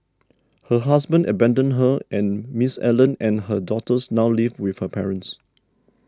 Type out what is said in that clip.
her husband abandoned her and Miss Allen and her daughters now live with her parents